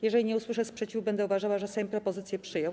Jeżeli nie usłyszę sprzeciwu, będę uważała, że Sejm propozycje przyjął.